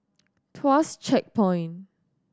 Tuas Checkpoint